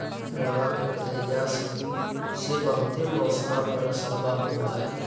पेड़बा के कटईया से से बहुते मौसमा पर असरबा हो है?